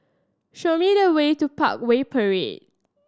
show me the way to Parkway Parade